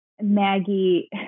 Maggie